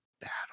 Battle